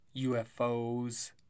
UFOs